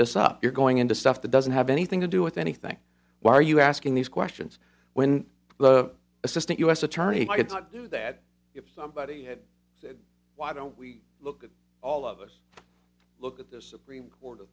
this up you're going into stuff that doesn't have anything to do with anything why are you asking these questions when the assistant u s attorney did not do that if somebody had said why don't we look at all of us look at this supreme court o